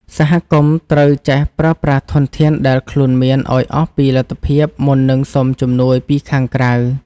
សហគមន៍ត្រូវចេះប្រើប្រាស់ធនធានដែលខ្លួនមានឱ្យអស់ពីលទ្ធភាពមុននឹងសុំជំនួយពីខាងក្រៅ។